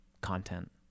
content